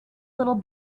little